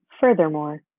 Furthermore